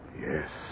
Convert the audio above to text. Yes